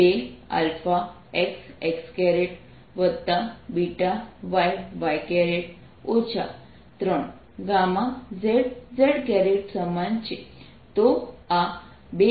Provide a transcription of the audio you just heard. તો આ 2αβ 3γ0 થાય છે